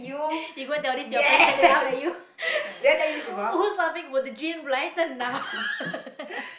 you go and tell this to friends and they laugh at you who's laughing